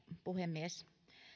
puhemies